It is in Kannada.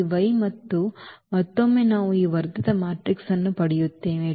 ಈ ವೈ ಮತ್ತು ಮತ್ತೊಮ್ಮೆ ನಾವು ಈ ವರ್ಧಿತ ಮ್ಯಾಟ್ರಿಕ್ಸ್ ಅನ್ನು ಪಡೆಯುತ್ತೇವೆ